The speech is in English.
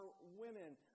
women